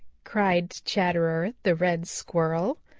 cried chatterer the red squirrel.